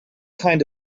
kind